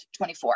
24